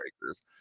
breakers